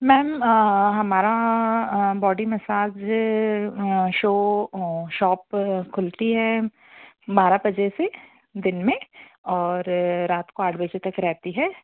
ma'am हमारा body massage show shop तो खुलती है बारा बजे से दिन में और रात को आठ बजे से तक रहती है